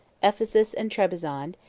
ephesus and trebizond,